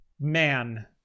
man